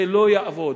זה לא יעבוד,